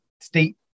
state